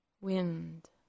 wind